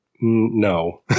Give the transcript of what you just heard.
No